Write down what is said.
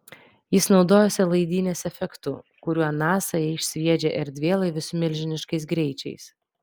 jis naudojasi laidynės efektu kuriuo nasa išsviedžia erdvėlaivius milžiniškais greičiais